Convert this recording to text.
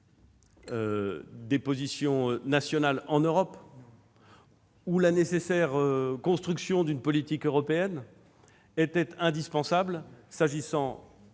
des positions nationales en Europe, ou la nécessaire construction d'une politique européenne était indispensable, s'agissant